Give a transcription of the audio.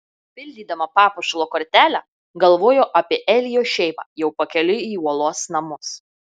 pildydama papuošalo kortelę galvojo apie elio šeimą jau pakeliui į uolos namus